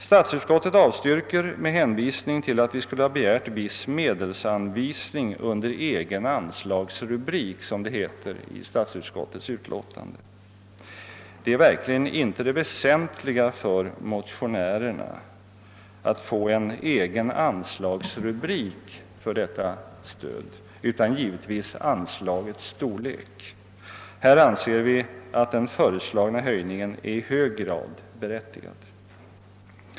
Statsutskottet avstyrker med hänvisning till att vi skulle ha begärt viss medelsanvisning under egen anslagsrubrik, som det heter i statsskottets utlåtande. Men det väsentliga för motionärerna är verkligen inte att få en egen anslagsrubrik för detta stöd, utan givetvis anslagets storlek. Vi anser att den föreslagna höjningen är i hög grad berättigad.